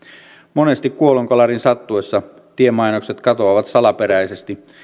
monesti kuolonkolarin sattuessa tiemainokset katoavat salaperäisesti